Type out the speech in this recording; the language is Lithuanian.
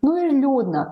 nu ir liūdna